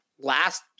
last